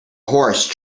horse